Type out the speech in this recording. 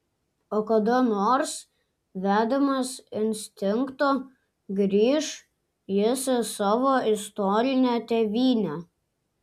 o kada nors vedamas instinkto grįš jis į savo istorinę tėvynę